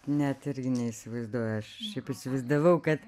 net irgi neįsivaizduoju aš šitaip įsivaizdavau kad